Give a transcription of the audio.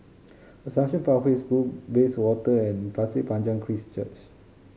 Assumption Pathway School Bayswater and Pasir Panjang Christ Church